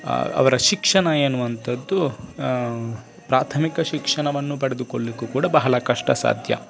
ಅವರ ಶಿಕ್ಷಣ ಎನ್ನುವಂಥದ್ದು ಪ್ರಾಥಮಿಕ ಶಿಕ್ಷಣವನ್ನು ಪಡೆದುಕೊಳ್ಳಿಕ್ಕೂ ಕೂಡ ಬಹಳ ಕಷ್ಟ ಸಾಧ್ಯ